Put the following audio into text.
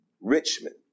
Richmond